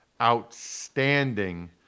outstanding